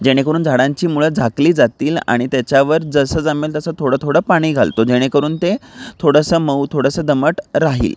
जेणेकरून झाडांची मुळं झाकली जातील आणि त्याच्यावर जसं जमेल तसं थोडंथोडं पाणी घालतो जेणेकरून ते थोडंसं मऊ थोडंसं दमट राहील